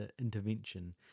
intervention